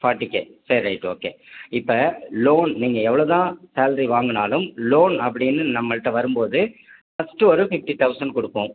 forty K சரி right okay இப்போ loan நீங்கள் எவ்ளோ தான் சாலரி வாங்கினாலும் லோன் அப்படின்னு நம்மள்கிட்ட வரும்போது ஃபர்ஸ்ட் ஒரு ஃபிஃப்டி தொளசண்ட் கொடுப்போம்